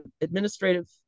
administrative